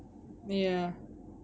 ya